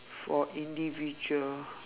for individual